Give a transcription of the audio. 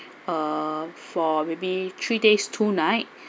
uh for maybe three days two night